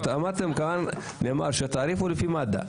אמרתם שהתעריף הוא לפי מד"א,